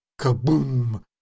kaboom